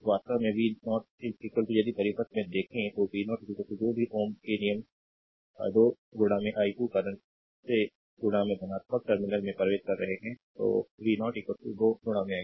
वास्तव में v0 यदि परिपथ में देखें v0 जो कि ओम के नियम 2 i2 करंट से धनात्मक टर्मिनल में प्रवेश कर रहा है तो v0 2 i2